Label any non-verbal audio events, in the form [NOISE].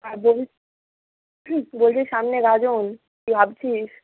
আর [UNINTELLIGIBLE] বলছি সামনে গাজন কী ভাবছিস